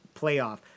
playoff